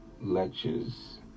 lectures